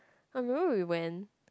I remember we went